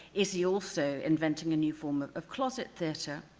is he also inventing a new form of closet theater.